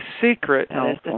secret